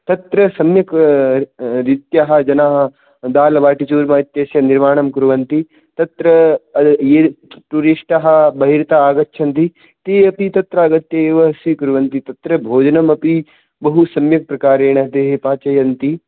तत्र सम्यक् रीत्याः जनाः दाल बाटी चूर्मा इत्यस्य निर्माणं कुर्वन्ति तत्र ये टूरिष्टाः बहिर्तः आगच्छन्ति ते अपि तत्र आगत्य एव स्वीकुर्वन्ति तत्र भोजनमपि बहु सम्यक् प्रकारेण ते पाचयन्ति